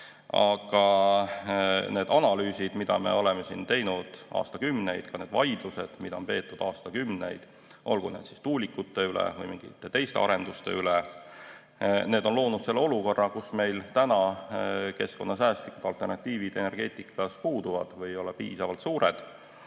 Aga need analüüsid, mida me oleme teinud aastakümneid, ka need vaidlused, mida on peetud aastakümneid, olgu need siis tuulikute üle või mingite teiste arenduste üle, on loonud olukorra, kus meil keskkonnasäästlikud alternatiivid energeetikas puuduvad või ei ole piisavalt suured. Ka